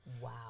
Wow